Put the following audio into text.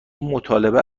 مطالبه